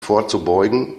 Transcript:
vorzubeugen